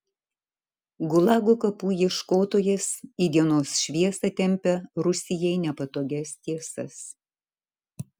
gulago kapų ieškotojas į dienos šviesą tempia rusijai nepatogias tiesas